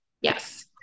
Yes